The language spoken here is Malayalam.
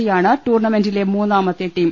സി യാണ് ടൂർണ മെന്റിലെ മൂന്നാമത്തെ ടീം